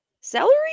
celery